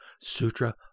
Sutra